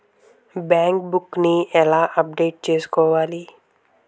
Bank book నీ ఎలా update చేసుకోవాలి?